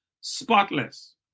spotless